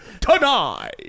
tonight